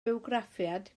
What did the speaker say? bywgraffiad